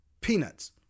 peanuts